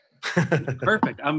Perfect